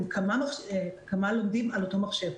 כמה לומדים על אותו מחשב.